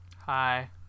hi